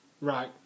Right